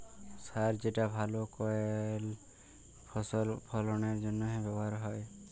সার যেটা ভাল করেক ফসল ফললের জনহে ব্যবহার হ্যয়